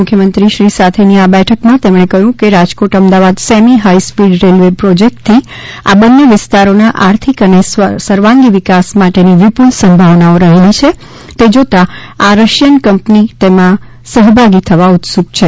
મુખ્યમંત્રીશ્રી સાથેની આ બેઠકમાં તેમણે કહ્યું કે Rajkot Ahmedabad semi high speed railway પ્રોજેક્ટથી આ બંને વિસ્તારોના આર્થિક અને સર્વાગી વિકાસ માટેની વિપુલ સંભાવનાઓ રહેલી છે તે જોતા આ રશિયન કંપની તેમાં સહભાગી થવા ઉત્સુક છે